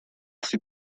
fut